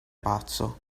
pazzo